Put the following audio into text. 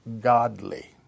godly